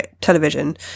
television